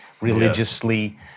religiously